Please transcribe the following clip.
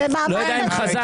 אני לא יודע אם חזק,